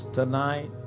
tonight